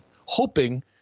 hoping